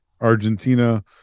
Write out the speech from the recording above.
Argentina